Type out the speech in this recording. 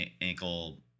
ankle